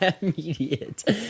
immediate